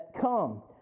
come